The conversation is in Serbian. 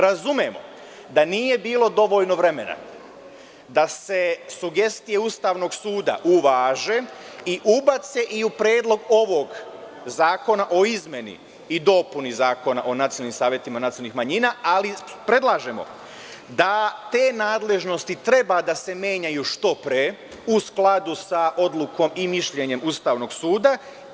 Razumemo da nije bilo dovoljno vremena da se sugestije Ustavnog suda uvaže i ubace i u predlog ovog zakona o izmeni i dopuni Zakona o nacionalnim savetima nacionalnih manjina, ali predlažemo da te nadležnosti treba da se menjaju što pre u skladu sa odlukom i mišljenjem Ustavnog suda.